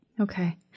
Okay